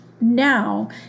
now